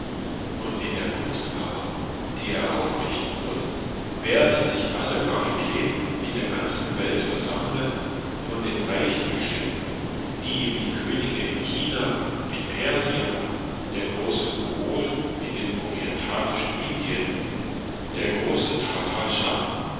und in der kunstkammer die er aufrichten wird werden sich alle raritäten in der ganzen welt versammlen von den reichen geschenken die ihm die könige in china in persia der große mogol in den orientalischen indien der große